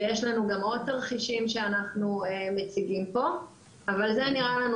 ויש לנו גם עוד תרחישים שאנחנו מציגים פה אבל זה נראה לנו